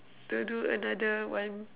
to do another one